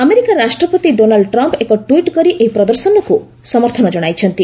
America ରାଷ୍ଟ୍ରପତି Donald Trump ଏକ ଟ୍ସିଟ୍ କରି ଏହି ପ୍ରଦର୍ଶନକୁ ସମର୍ଥନ ଜଣାଇଛନ୍ତି